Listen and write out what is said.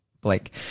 Blake